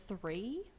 three